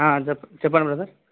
చెప్పం చెప్పండి బ్రదర్